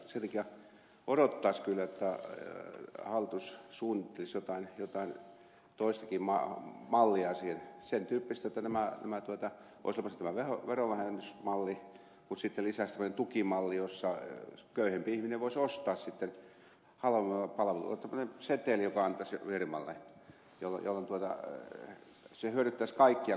sen takia odottaisi kyllä että hallitus suunnittelisi jotain toistakin mallia siihen sen tyyppistä jotta olisi tämä verovähennysmalli mutta sitten lisäksi tämmöinen tukimalli jossa köyhempi ihminen voisi ostaa halvemmalla palveluita vaikka seteli joka annettaisiin firmalle jolloin se hyödyttäisi kaikkia